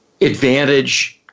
advantage